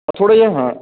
ਪਰ ਥੋੜ੍ਹਾ ਜਿਹਾ ਹਾਂ